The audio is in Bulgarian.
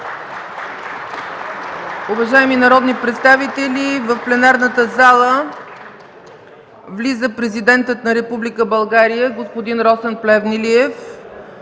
Уважаеми народни представители, в пленарната зала влиза президентът на Република България господин Росен Плевнелиев,